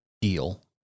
deal